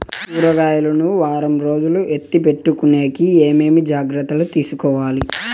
కూరగాయలు ను వారం రోజులు ఎత్తిపెట్టుకునేకి ఏమేమి జాగ్రత్తలు తీసుకొవాలి?